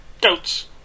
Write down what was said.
Goats